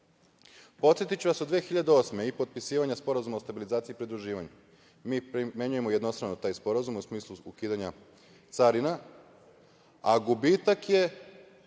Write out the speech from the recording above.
pitanje. Podsetiću vas, od 2008. godine i potpisivanja Sporazuma o stabilizaciji i pridruživanju, mi primenjujemo jednostrano taj sporazum u smislu ukidanja carina, a gubitak je